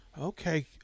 Okay